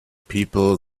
people